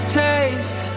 taste